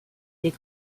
des